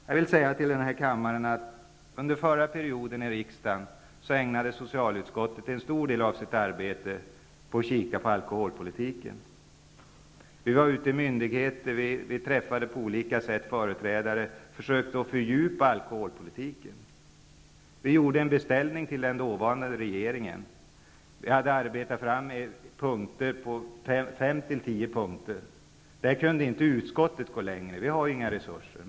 Jag vill säga till kammaren att socialutskottet under den förra riksdagsperioden ägnade en stor del av sitt arbete till att studera alkoholpolitiken. Vi var ute hos myndigheter, och vi träffade olika företrädare och försökte fördjupa oss i alkoholpolitiken. Vi gjorde en beställning hos dåvarande regering. Vi hade arbetat fram fem--tio punkter. Utskottet kunde inte gå längre -- vi har ju inga resurser.